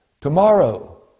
Tomorrow